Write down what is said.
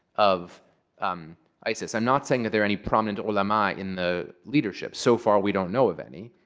of um isis. i'm not saying that there any prominent ulama in the leadership. so far we don't know of any.